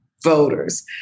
voters